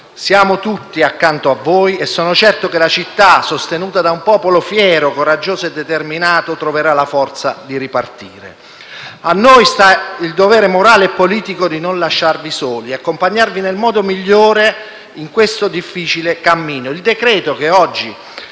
Siamo tutti accanto a voi e sono certo che la città, sostenuta da un popolo fiero, coraggioso e determinato, troverà la forza di ripartire. A noi sta il dovere morale e politico di non lasciarvi soli e di accompagnarvi nel modo migliore in questo difficile cammino. Il decreto-legge